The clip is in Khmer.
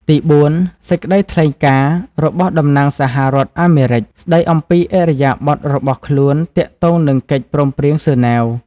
ទីបួន សេចក្តីថ្លែងការណ៍ របស់តំណាងសហរដ្ឋអាមេរិក ស្តីអំពីឥរិយាបថរបស់ខ្លួនទាក់ទងនឹងកិច្ច ព្រមព្រៀងហ្សឺណែវ។